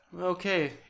okay